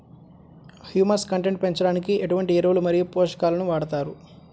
Humus content పెంచడానికి ఎటువంటి ఎరువులు మరియు పోషకాలను వాడతారు?